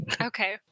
Okay